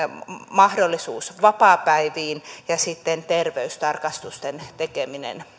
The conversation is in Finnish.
mahdollisuus vapaapäiviin ja terveystarkastusten tekeminen